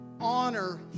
honor